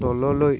তললৈ